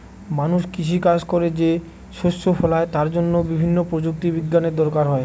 মানুষ কৃষি কাজ করে যে শস্য ফলায় তার জন্য বিভিন্ন প্রযুক্তি বিজ্ঞানের দরকার হয়